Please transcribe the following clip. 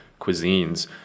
cuisines